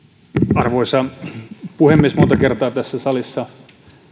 arvoisa puhemies monta kertaa tässä salissa